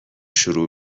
شروع